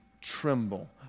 tremble